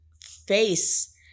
face